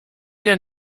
der